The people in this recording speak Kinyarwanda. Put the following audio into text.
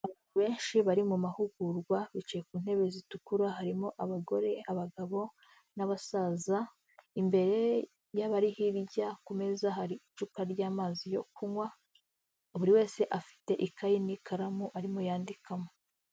Abantu benshi bari mu mahugurwa bicaye ku ntebe zitukura harimo abagore, abagabo, n'abasaza imbere y'abari hirya ku meza hari icupa ry'amazi yo kunywa buri wese afite ikayi n'ikaramu arimo yandikamo.